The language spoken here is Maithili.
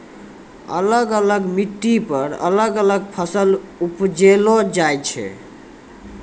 अलग अलग मिट्टी पर अलग अलग फसल उपजैलो जाय छै